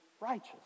righteous